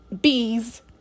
bees